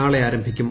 നാളെ ആരംഭിക്കും